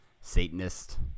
Satanist